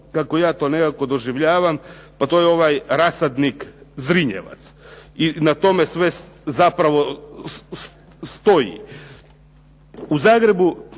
kako ja to nekako doživljavam, to je ovaj rasadnik "Zrinjevac" i na tome sve zapravo stoji. U Zagrebu